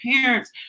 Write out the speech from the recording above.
parents